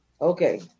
okay